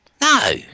No